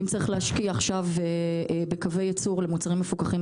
אם צריך להשקיע עכשיו בקווי ייצור למוצרים מפוקחים,